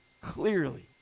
clearly